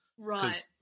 Right